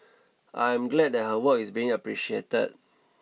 I am glad that her work is being appreciated